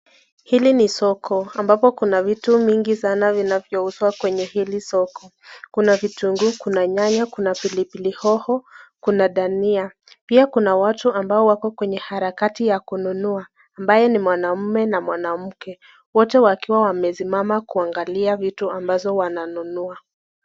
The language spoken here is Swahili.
Hili ni soko ambapo kuna vitu mingi sana vinavyouzwa kwenye hili soko. Kuna vitunguu, kuna nyanya, kuna pilipili hoho, kuna dania. Pia kuna watu ambao wako kwenye harakati ya kununua ambaye ni mwanaume na mwanamke. Wote wakiwa wamesimama kuangalia vitu ambazo wananunua.